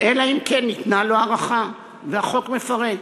אלא אם כן ניתנה לו הארכה, והחוק מפרט.